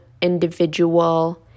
individual